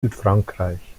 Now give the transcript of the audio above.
südfrankreich